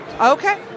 Okay